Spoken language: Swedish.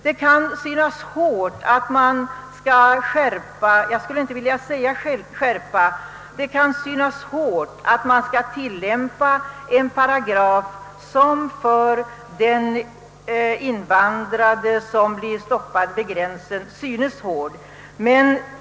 Det kan synas hårt att man så strikt skall tillämpa — jag vill, som jag tidigare sade, inte använda ordet skärpa — en paragraf som för den invandrade, som blir stoppad vid gränsen, ter sig över hövan rigorös.